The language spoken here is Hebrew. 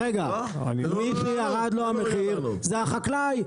מי שירד לו המחיר זה החקלאי.